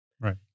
Right